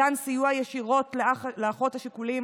מתן סיוע ישירות לאח ולאחות השכולים